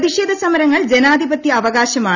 പ്രതിഷേധ സമരങ്ങൾ ജ്നാധിപത്യ അവകാശമാണ്